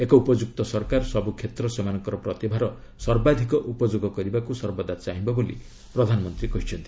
ଏକ ଉପଯୁକ୍ତ ସରକାର ସବୁ କ୍ଷେତ୍ର ସେମାନଙ୍କର ପ୍ରତିଭାର ସର୍ବାଧକ ଉପଯୋଗ କରିବାକୃ ସର୍ବଦା ଚାହିଁବ ବୋଲି ପ୍ରଧାନମନ୍ତ୍ରୀ କହିଛନ୍ତି